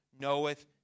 knoweth